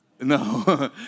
no